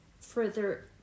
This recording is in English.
further